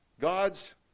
God's